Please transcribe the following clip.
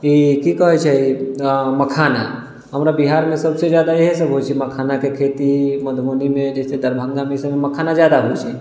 ई की कहै छै मखाना हमरा बिहारमे सबसे जादा इहे सब होइ छै मखानाके खेती मधुबनीमे जैसे दरभङ्गामे ई सबमे मखाना जादा होइ छै